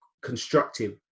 constructive